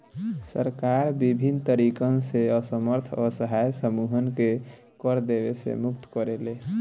सरकार बिभिन्न तरीकन से असमर्थ असहाय समूहन के कर देवे से मुक्त करेले